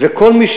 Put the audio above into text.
כל מי,